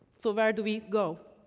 so where do we go?